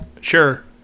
Sure